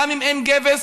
גם אם אין גבס,